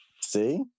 See